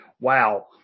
wow